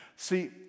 See